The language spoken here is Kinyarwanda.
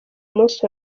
munsi